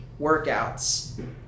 workouts